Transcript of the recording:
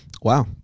Wow